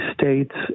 states